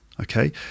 Okay